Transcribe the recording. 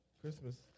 Christmas